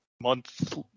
Months